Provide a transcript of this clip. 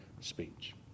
speech